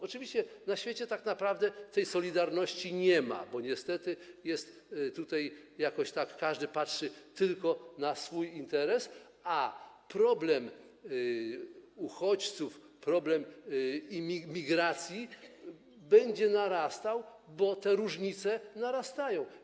Oczywiście na świecie tak naprawdę tej solidarności nie ma, bo niestety jest jakoś tak, że każdy patrzy tylko na swój interes, a problem uchodźców, problem migracji będzie narastał, bo różnice narastają.